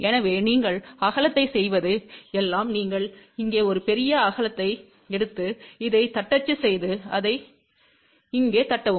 எனவே நீங்கள் அகலத்தைச் செய்வது எல்லாம் நீங்கள் இங்கே ஒரு பெரிய அகலத்தை எடுத்து இதைத் தட்டச்சு செய்து இதை இங்கே தட்டவும்